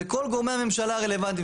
וכל גורמי הממשלה הרלוונטיים,